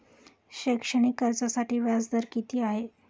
शैक्षणिक कर्जासाठी व्याज दर किती आहे?